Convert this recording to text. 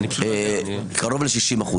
קרוב ל-60%.